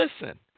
listen